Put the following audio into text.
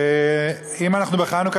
אם אנחנו בחנוכה,